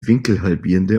winkelhalbierende